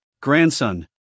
Grandson